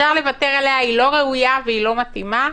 אפשר לוותר עליה, היא לא ראויה והיא לא מתאימה,